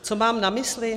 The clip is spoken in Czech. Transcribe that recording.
Co mám na mysli?